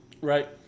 Right